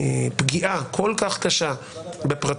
פגיעה כל כך קשה בפרטיות,